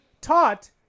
taught